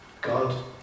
God